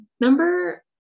Number